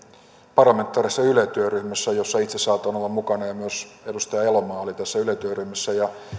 parlamentaarisessa yle työryhmässä jossa itse sain olla mukana ja myös edustaja elomaa oli tässä yle työryhmässä